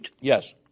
Yes